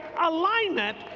alignment